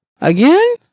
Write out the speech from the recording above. again